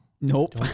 Nope